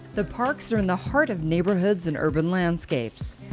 the parks are in the heart of neighborhoods and urban landscapes,